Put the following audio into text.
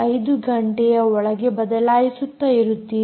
5 ಗಂಟೆಯ ಒಳಗೆ ಬದಲಾಯಿಸುತ್ತಾ ಇರುತ್ತೀರಿ